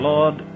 Lord